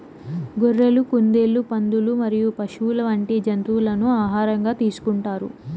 గొర్రెలు, కుందేళ్లు, పందులు మరియు పశువులు వంటి జంతువులను ఆహారంగా తీసుకుంటారు